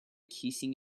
kissing